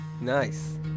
Nice